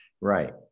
right